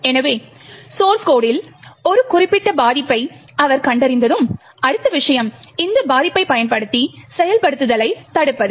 எனவே சோர்ஸ் கோட்டில் ஒரு குறிப்பிட்ட பாதிப்பை அவர் கண்டறிந்ததும் அடுத்த விஷயம் இந்த பாதிப்பைப் பயன்படுத்தி செயல்படுத்தலை தடுப்பது